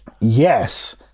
Yes